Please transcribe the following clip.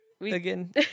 again